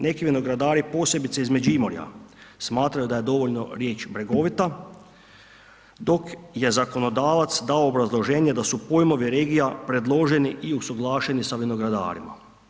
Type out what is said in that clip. Neki vinogradari, posebice iz Međimurja smatraju da je dovoljno riječ bregovita, dok je zakonodavac dao obrazloženje da su pojmovi regija predloženi i usuglašeni sa vinogradarima.